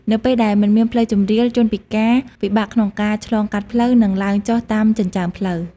នៅពេលដែលមិនមានផ្លូវជម្រាល ជនពិការពិបាកក្នុងការឆ្លងកាត់ផ្លូវ និងឡើងចុះតាមចិញ្ចើមផ្លូវ។